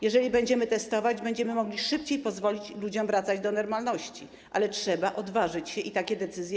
Jeżeli będziemy testować, będziemy mogli szybciej pozwolić ludziom wracać do normalności, ale trzeba odważyć się i podjąć takie decyzje.